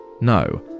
no